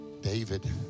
David